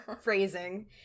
phrasing